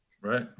Right